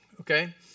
Okay